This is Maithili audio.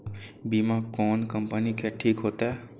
बीमा कोन कम्पनी के ठीक होते?